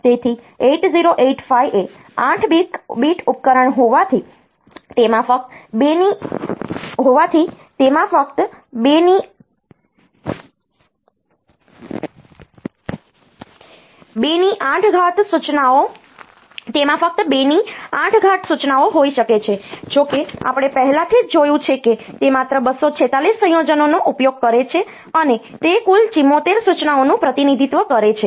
તેથી 8085 એ 8 બીટ ઉપકરણ હોવાથી તેમાં ફક્ત 28 સૂચનાઓ હોઈ શકે છે જો કે આપણે પહેલાથી જ જોયું છે કે તે માત્ર 246 સંયોજનોનો ઉપયોગ કરે છે અને તે કુલ 74 સૂચનાઓનું પ્રતિનિધિત્વ કરે છે